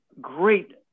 great